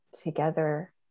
together